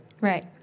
Right